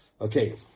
Okay